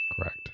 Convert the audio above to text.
Correct